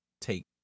take